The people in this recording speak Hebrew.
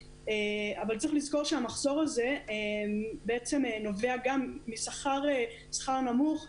אבל צריך לזכור שהמחסור הזה נובע גם משכר נמוך,